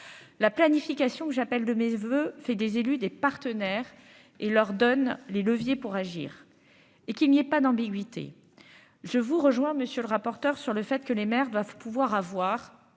la planification que j'appelle de mes voeux, fait des élus, des partenaires et leur donne les leviers pour agir et qu'il n'y ait pas d'ambiguïté : je vous rejoins monsieur le rapporteur sur le fait que les maires doivent pouvoir avoir